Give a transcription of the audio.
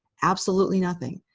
absolutely nothing.